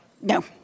No